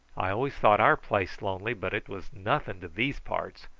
i always thought our place lonely, but it was nothing to these parts,